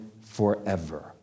forever